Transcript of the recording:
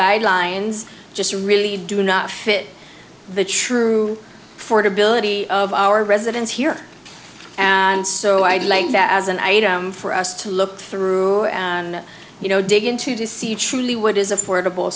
guidelines just really do not fit the true ford ability of our residents here and so i'd like that as an item for us to look through and you know dig into to see truly what is affordable